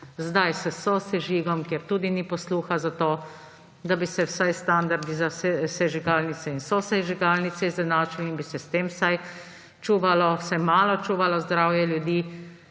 zdaj s sosežigom –, kjer tudi ni posluha za to, da bi se vsaj standardi za sežigalnice in sosežigalnice izenačili in bi se s tem vsaj čuvalo, vsaj malo čuvalo zdravje ljudi,